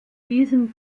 diesen